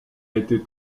été